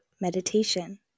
Meditation